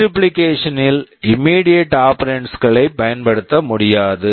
multiplication multiplication ல் immediate operands immediate operands -களை பயன்படுத்த முடியாது